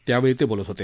त्यावेळी ते बोलत होते